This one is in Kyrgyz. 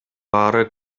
баары